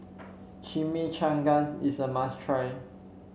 Chimichangas is a must try